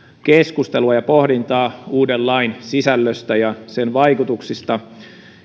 keskustelua ja pohdintaa uuden lain sisällöstä ja sen vaikutuksista